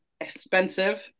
expensive